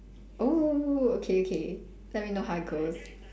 oh okay okay let me know how it goes